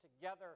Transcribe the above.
together